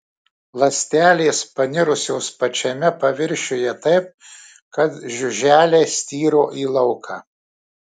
ląstelės panirusios pačiame paviršiuje taip kad žiuželiai styro į lauką